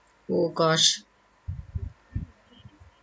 oh gosh